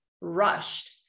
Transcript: rushed